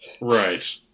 Right